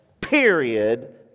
period